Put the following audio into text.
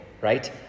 Right